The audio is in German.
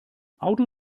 auto